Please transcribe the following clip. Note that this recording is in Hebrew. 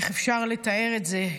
איך אפשר לתאר את זה,